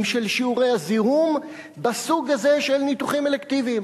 של שיעורי הזיהום בסוג הזה של ניתוחים אלקטיביים?